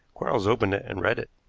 quarles opened it and read it.